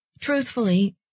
Truthfully